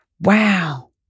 Wow